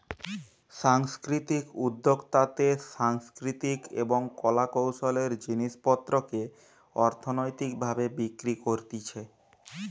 সাংস্কৃতিক উদ্যোক্তাতে সাংস্কৃতিক এবং কলা কৌশলের জিনিস পত্রকে অর্থনৈতিক ভাবে বিক্রি করতিছে